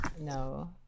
No